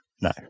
No